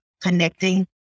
connecting